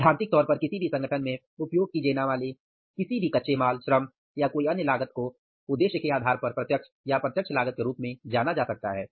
सैद्धांतिक तौर पर किसी भी संगठन में उपयोग की जाने वाले किसी भी कच्चे माल श्रम या कोई अन्य आगत को लागत के उद्देश्य के आधार पर प्रत्यक्ष या अप्रत्यक्ष लागत के रूप में जाना जा सकता है